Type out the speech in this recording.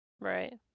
Right